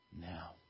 now